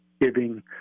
giving